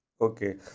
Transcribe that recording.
Okay